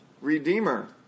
redeemer